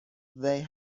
they